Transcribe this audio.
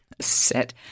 set